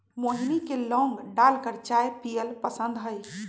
मोहिनी के लौंग डालकर चाय पीयला पसंद हई